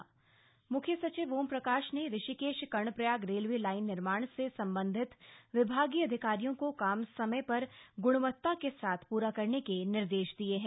मुख्य सचिव म्ख्य सचिव ओम प्रकाश ने ऋषिकेश कर्णप्रयाग रेलवे लाइन निर्माण से संबंधित विभागीय अधिकारियों को काम समय पर ग्णवता के साथ पूरा करने के निर्देश दिये हैं